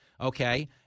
okay